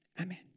Amen